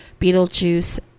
Beetlejuice